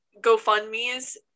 GoFundMe's